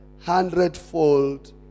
hundredfold